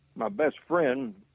my best friend